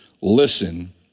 listen